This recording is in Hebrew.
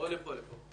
באופן רגיל.